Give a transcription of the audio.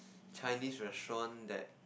Chinese restaurant that